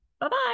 Bye-bye